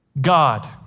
God